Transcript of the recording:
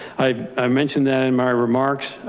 i mentioned that in my remarks,